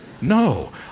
No